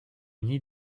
uni